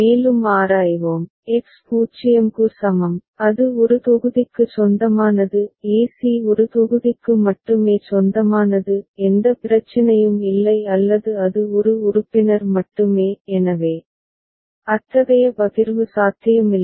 மேலும் ஆராய்வோம் எக்ஸ் 0 க்கு சமம் அது ஒரு தொகுதிக்கு சொந்தமானது e c ஒரு தொகுதிக்கு மட்டுமே சொந்தமானது எந்த பிரச்சினையும் இல்லை அல்லது அது ஒரு உறுப்பினர் மட்டுமே எனவே அத்தகைய பகிர்வு சாத்தியமில்லை